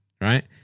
right